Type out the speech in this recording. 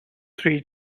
three